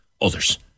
others